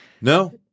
No